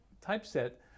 typeset